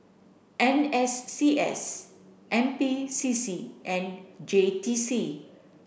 N S C S N P C C and J T C